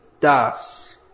Das